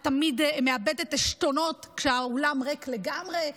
את תמיד מאבדת עשתונות כשהאולם ריק לגמרי,